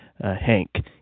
Hank